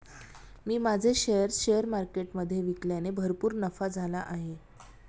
मी माझे shares share मार्केटमधे विकल्याने भरपूर नफा झाला आहे